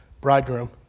bridegroom